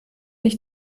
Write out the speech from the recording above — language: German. doch